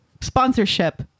sponsorship